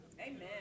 Amen